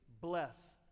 bless